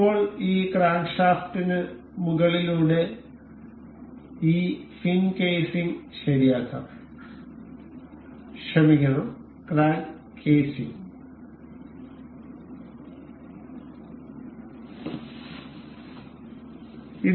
ഇപ്പോൾ ഈ ക്രാങ്ക്ഷാഫ്റ്റിന് മുകളിലൂടെ ഈ ഫിൻ കേസിംഗ് ശരിയാക്കാം ക്ഷമിക്കണം ക്രാങ്ക് കേസിംഗ്